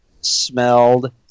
smelled